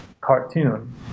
cartoon